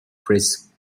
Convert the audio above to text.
press